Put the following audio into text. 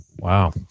Wow